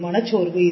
இது மனச்சோர்வு